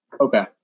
okay